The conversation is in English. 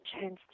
chance